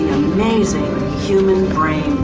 amazing human brain.